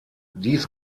dies